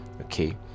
okay